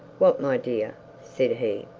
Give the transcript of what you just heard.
what, my dear said he.